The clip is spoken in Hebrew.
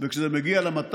כאשר חיים ריבלין,